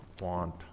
want